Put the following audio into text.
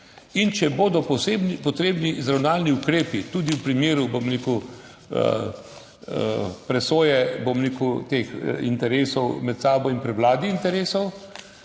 In če bodo potrebni izravnalni ukrepi tudi v primeru presoje teh interesov med sabo in prevlade interesov,